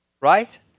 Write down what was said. right